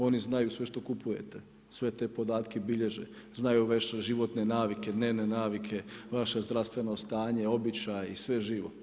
Oni znaju sve što kupujete sve te podatke bilježe, znaju vaše životne navike, dnevne navike, vaše zdravstveno stanje, običaj i sve živo.